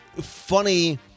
funny